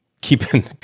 keeping